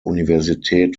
universität